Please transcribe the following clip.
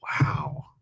wow